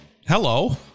hello